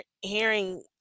hearing